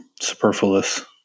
superfluous